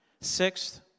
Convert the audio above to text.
Sixth